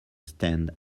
stand